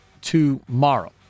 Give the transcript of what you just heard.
tomorrow